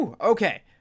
Okay